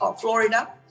Florida